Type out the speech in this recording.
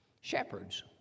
Shepherds